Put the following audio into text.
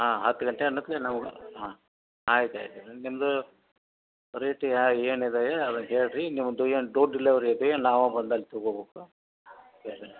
ಹಾಂ ಹತ್ತು ಗಂಟೆ ಅನಕ್ಲೆ ನಾವು ಹಾಂ ಆಯ್ತು ಆಯ್ತು ನಿಮ್ಮದೆಂಗೂ ರೇಟ್ ಯಾ ಏನಿದ್ದಾವೆ ಅದ ಹೇಳಿರಿ ನೀವು ಡುಯನ್ ಡೊ ಡೆಲಿವರಿ ಅದೆ ನಾವು ಬಂದಾಗ ತಗೊಳ್ಬೇಕು